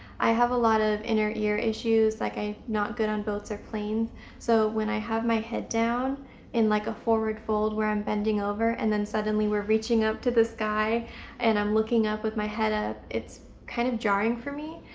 i have a lot of inner ear issues like i'm not good on boats or planes so when i have my head down in like a forward fold where i'm bending over and then suddenly we're reaching up to the sky and i'm looking up with my head up it's kind of jarring for me.